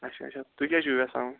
اچھا اچھا تُہۍ کیاہ چھو یَژھان وۄنۍ